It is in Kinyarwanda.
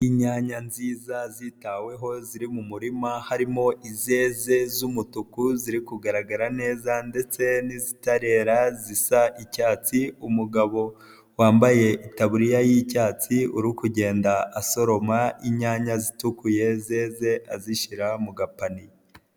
Inyanya nziza zitaweho ziri mu murima, harimo izeze z'umutuku ziri kugaragara neza ndetse n'izitarera zisa icyatsi, umugabo wambaye itaburiya y'icyatsi uri kugenda asoroma inyanya zitukuye zeze azishyira mu gapaniye.